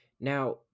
Now